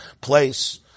place